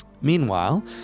Meanwhile